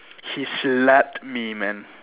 he slapped me man